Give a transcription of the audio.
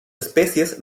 especies